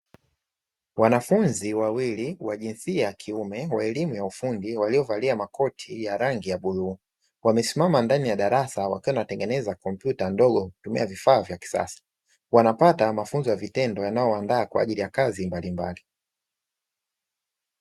Wanafunzi wawili wa jinsia ya kiume wa elimu ya ufundi waliovalia makoti ya rangi ya bluu wamesimama ndani ya darasa wakiwa wanatengeneza kompyuta ndogo kwakutumia vifaa vya kisasa, wanapata mafunzo ya vitendo yanayowaandaa kwaajili ya kazi mbalimbali.